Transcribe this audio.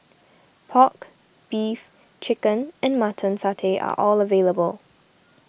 Pork Beef Chicken and Mutton Satay are all available